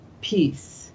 peace